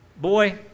Boy